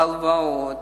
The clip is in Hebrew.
הלוואות,